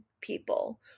people